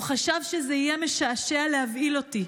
הוא חשב שזה יהיה משעשע להבהיל אותי.